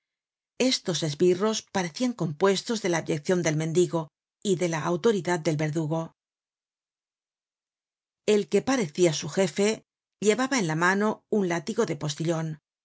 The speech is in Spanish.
estos esbirros parecian compuestos de la abyeccion del mendigo y de la autoridadad del verdugo el que parecia su jefe llevaba en la mano un látigo de postillon